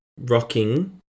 rocking